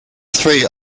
three